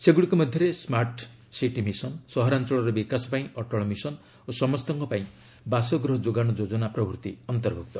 ସେଗୁଡ଼ିକ ମଧ୍ୟରେ smart city mission ସହରାଞ୍ଚଳର ବିକାଶ ପାଇଁ ଅଟଳ ମିଶନ ଓ ସମସ୍ତଙ୍କ ପାଇଁ ବାସଗୃହ ଯୋଗାଣ ଯୋଜନା ପ୍ରଭୃତି ଅନ୍ତର୍ଭୁକ୍ତ